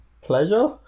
pleasure